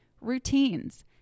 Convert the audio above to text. routines